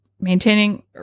maintaining